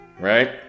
Right